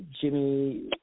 Jimmy